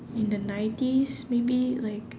in the nineties maybe like